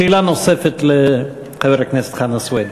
שאלה נוספת לחבר הכנסת חנא סוייד.